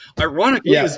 ironically